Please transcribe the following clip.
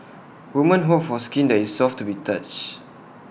women hope for skin that is soft to the touch